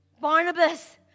Barnabas